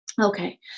Okay